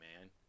man